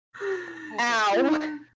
Ow